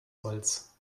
holz